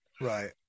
right